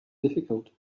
difficult